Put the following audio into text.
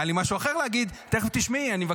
היה לי משהו אחר להגיד.